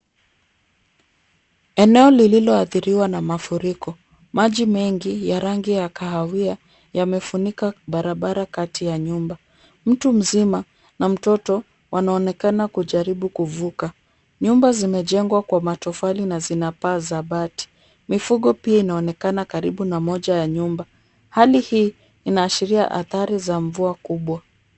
Eneo lililo athiriwa na mafuriko. Maji mengi ya rangi ya kahawia yamefunika barabara kati ya nyumba. Mtu mzima na mtoto wanaonekana kujaribu kuvuka. Nyumba zimejengwa kwa matofali na zina paa za bati. Mifugo pia inaonekana karibu na moja ya nyumba. Hali hii inaashiria athari za mvua kubwa.